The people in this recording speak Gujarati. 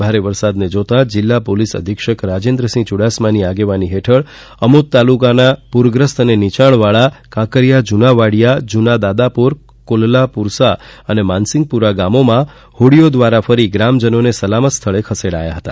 ભારે વરસાદ જોતાં જિલ્લા પોલીસ અધિક્ષક રાજેન્દ્રસિંહ ચુડાસમાની આગેવાની હેઠળ આમોદ તાલુકાના પુરગ્રસ્ત અને નીચાણવાળા કાંકરિયા જુના વાડિયા જુના દાદાપોર કોલલા પુરસા અને માનસિંગપુરા ગામોમાં હોડીઓ દ્વારા ફરી ગ્રામજનોને સલામત સ્થળે ખસેડયા હતા